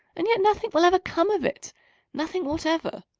and yet nothing will ever come of it nothing whatever.